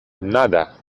nada